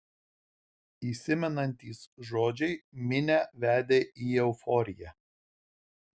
įsimenantys žodžiai minią vedė į euforiją